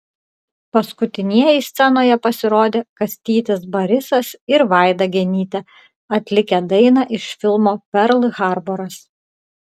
paskutinieji scenoje pasirodė kastytis barisas ir vaida genytė atlikę dainą iš filmo perl harboras